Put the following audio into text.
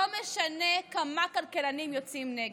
לא משנה כמה כלכלנים יוצאים נגד.